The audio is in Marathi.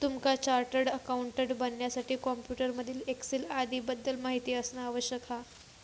तुमका चार्टर्ड अकाउंटंट बनण्यासाठी कॉम्प्युटर मधील एक्सेल आदीं बद्दल माहिती असना आवश्यक हा